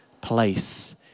place